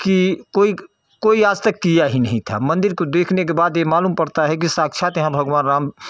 कि कोई कोई आजतक किया ही नहीं था मंदिर तो देखने के बाद ये मालूम पड़ता है कि साक्षात यहाँ भगवान राम